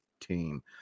team